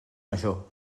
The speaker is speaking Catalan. major